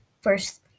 First